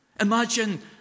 Imagine